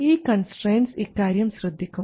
ഈ കൺസ്ട്രയിൻറ്സ് ഇക്കാര്യം ശ്രദ്ധിക്കും